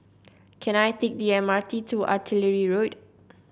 can I take the M R T to Artillery Road